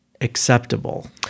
acceptable